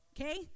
Okay